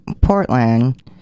portland